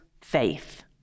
faith